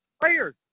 players